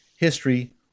history